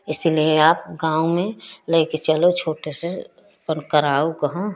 इसीलिए आप गाँव में लैके चलो छोटे से आपन कराव कहाँ